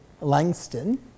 Langston